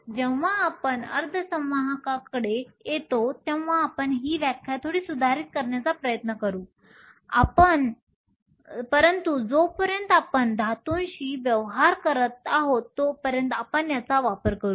जेव्हा आपण अर्धसंवाहककडे येतो तेव्हा आपण ही व्याख्या थोडी सुधारित करण्याचा प्रयत्न करू परंतु जोपर्यंत आपण धातूंशी व्यवहार करत आहोत तोपर्यंत आपण याचा वापर करू